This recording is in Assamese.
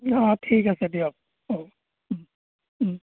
অঁ ঠিক আছে দিয়ক অ'